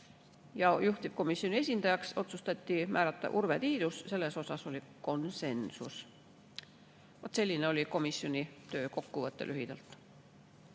4. Juhtivkomisjoni esindajaks otsustati määrata Urve Tiidus, selles osas oli konsensus. Vaat selline oli komisjoni töö kokkuvõte lühidalt.